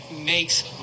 makes